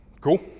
cool